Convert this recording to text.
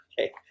Okay